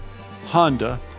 Honda